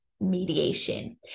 mediation